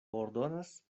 ordonas